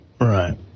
Right